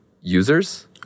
users